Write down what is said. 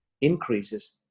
Increases